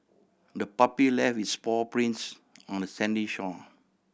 the puppy left its paw prints on the sandy shore